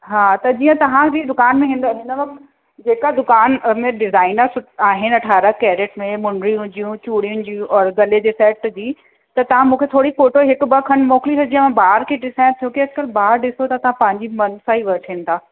हा त जीअं तव्हांजीं दुकान में हिन हिन वक्त जेका दुकान में डिजाइनां सुठ आहिनि अट्ठारह कैरेट में मुंड्रियुंन जूं चूड़ियुंनि जूं और गले जे सैट जी त तव्हां मूंखे थोरो फ़ोटो हिक ॿ खनि मोकिली छॾिजो ॿार खे ॾिसायां छो की अॼकल्ह ॿार ॾिसो था तव्हां पंहिंजी मन सां ई वठन था